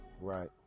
Right